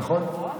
נכון.